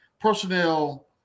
personnel